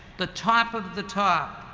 the top of the top.